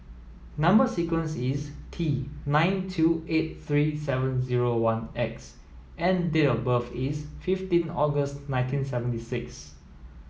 number sequence is T nine two eight three seven zero one X and date of birth is fifteen August nineteen seventy six